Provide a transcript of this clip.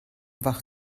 wach